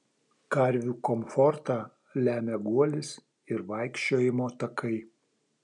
karvių komfortą lemia guolis ir vaikščiojimo takai